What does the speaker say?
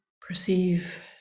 perceive